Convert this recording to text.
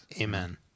Amen